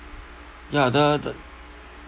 ya the th~